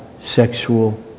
sexual